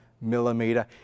millimeter